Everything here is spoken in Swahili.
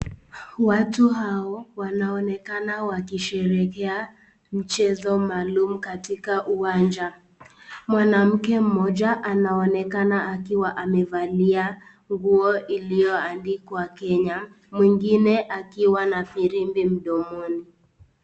Watu hao wanaonekana wakisherehekea mchezo maalum katika uwanja. Mwanamke mmoja anaonekana akiwa amevalia nguo iliyoandikwa Kenya, mwingine akiwa na firimbi mdomoni.